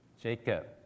Jacob